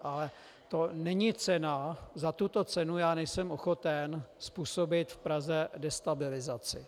Ale to není cena, za tuto cenu já nejsem ochoten způsobit v Praze destabilizaci.